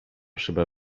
szybę